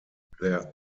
their